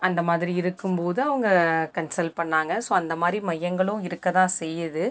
அந்தமாதிரி இருக்கும் போது அவங்க கன்சல்ட் பண்ணாங்கள் ஸோ அந்தமாதிரி மையங்களுக்கும் இருக்கத்தான் செய்யுது